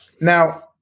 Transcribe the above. Now